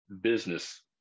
business